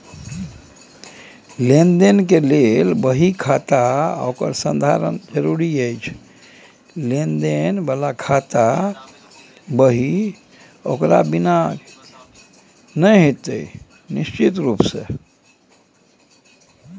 लेन देन बला खाता दही ओकर बिना नै हेतौ